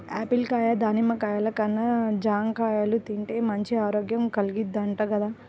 Apple కాయ, దానిమ్మ కాయల కన్నా జాంకాయలు తింటేనే మంచి ఆరోగ్యం కల్గిద్దంట గదా